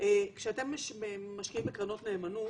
כשאתם משקיעים בקרנות נאמנות,